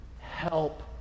Help